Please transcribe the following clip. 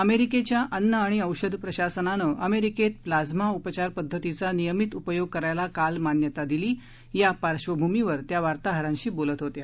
अमेरिकेच्या अन्न आणि औषध प्रशासनानं अमेरिकेत प्लाइमा उपचार पद्धतीचा नियमित उपयोग करायला काल मान्यता दिली या पार्श्वभूमीवर त्या वार्ताहरांशी बोलत होत्या